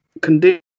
condition